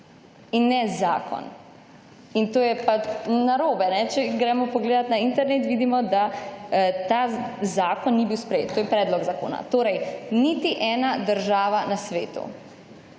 In ne zakon. In to je narobe. Če gremo pogledati na internet vidimo, da ta zakon ni bil sprejet. To je predlog zakona. Torej niti ena država na svetu